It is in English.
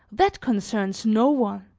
that concerns no one,